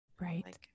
right